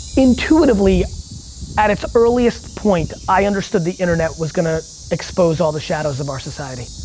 intuitively at it's earliest point, i understood the internet was gonna expose all the shadows of our society.